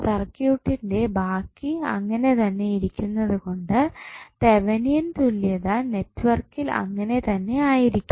സർക്യൂട്ടിന്റെ ബാക്കി അങ്ങനെ തന്നെ ഇരിക്കുന്നത് കൊണ്ട് തെവനിയൻ തുല്യത നെറ്റ്വർക്ക് അങ്ങനെ തന്നെ ആയിരിക്കും